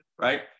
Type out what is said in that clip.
Right